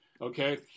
okay